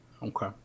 Okay